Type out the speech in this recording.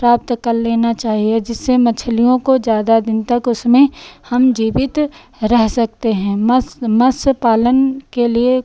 प्राप्त कर लेना चाहिए जिससे मछलियों को ज़्यादा दिन तक उसमें हम जीवित रह सकते हैं मत्स्य मत्स्य पालन के लिए